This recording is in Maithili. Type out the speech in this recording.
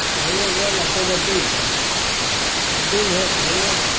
भैए गेलो पौने दू भरि दू भरि होइए गेलो